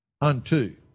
unto